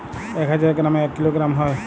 এক হাজার গ্রামে এক কিলোগ্রাম হয়